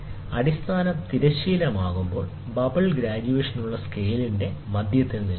അടിസ്ഥാനം തിരശ്ചീനമാകുമ്പോൾ bubble graduation ഉള്ള സ്കെയിലിന്റെ മധ്യത്തിൽ നിൽക്കുന്നു